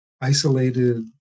isolated